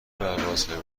پروازهایی